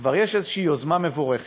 כשכבר יש איזו יוזמה מבורכת